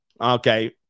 Okay